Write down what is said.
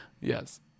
Yes